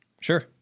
Sure